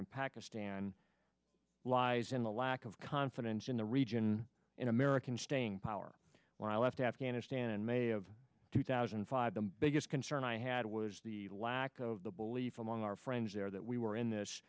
and pakistan lies in the lack of confidence in the region in american staying power when i left afghanistan in may of two thousand and five the biggest concern i had was the lack of the belief among our friends there that we were in this